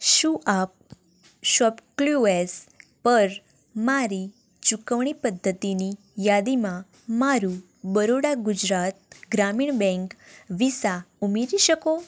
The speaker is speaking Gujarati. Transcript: શું આપ શોપકલુએસ પર મારી ચુકવણી પદ્ધતિની યાદીમાં મારું બરોડા ગુજરાત ગ્રામીણ બેંક વિસા ઉમેરી શકો